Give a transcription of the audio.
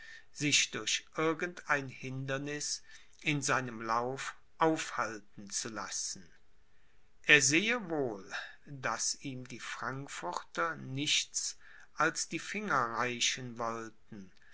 sich durch irgend ein hinderniß in seinem lauf aufhalten zu lassen er sehe wohl daß ihm die frankfurter nichts als die finger reichen wollten